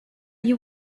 you